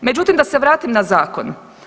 Međutim, da se vratim na zakon.